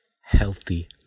healthy